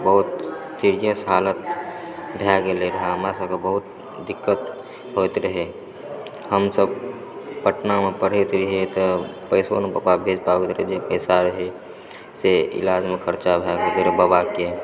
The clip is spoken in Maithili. बहुत सीरियस हालत भए गेलै रहऽ हमरासभकेँ बहुत दिक्कत होयत रहै हमसभ पटना मऽ पढ़ैत रहियै तऽ पैसो नहि पापा भेज पाबैत रहै नहि जे पैसा रहय से इलाज मऽ खर्चा भए गेलै रहऽ बाबाके